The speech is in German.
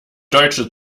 deutsche